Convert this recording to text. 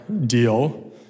deal